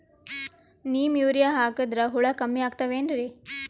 Neem urea ಹಾಕದ್ರ ಹುಳ ಕಮ್ಮಿ ಆಗತಾವೇನರಿ?